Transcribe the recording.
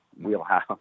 wheelhouse